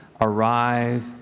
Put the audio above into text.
arrive